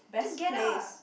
together